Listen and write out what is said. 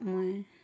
মই